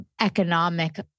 economic